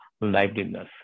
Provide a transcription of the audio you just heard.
liveliness